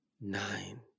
nine